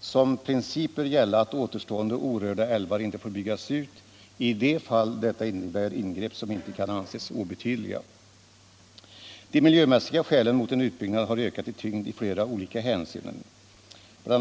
Som princip bör gälla att återstående orörda älvar inte får byggas ut i de fall detta innebär ingrepp som inte kan anses obetydliga. De miljömässiga skälen mot en utbyggnad har ökat i tyngd i flera olika hänseenden. Bl.